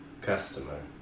customer